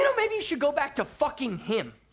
you know maybe you should go back to fucking him.